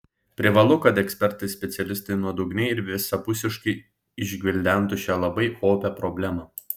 privalu kad ekspertai specialistai nuodugniai ir visapusiškai išgvildentų šią labai opią problemą